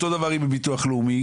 אותו דבר עם הביטוח הלאומי,